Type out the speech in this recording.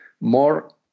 more